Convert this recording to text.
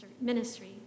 Ministry